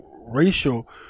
racial